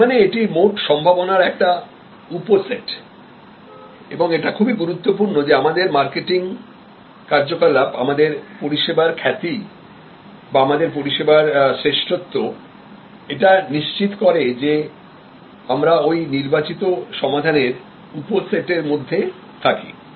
তার মানে এটি মোট সম্ভাবনার একটি উপসেট এবং এটা খুবই গুরুত্বপূর্ণ যে আমাদের মার্কেটিং কার্যকলাপ আমাদের পরিষেবার খ্যাতি বা আমাদের পরিষেবার শ্রেষ্ঠত্ব এটা নিশ্চিত করেযে আমরা ওই নির্বাচিত সমাধানের উপসেট র মধ্যে থাকি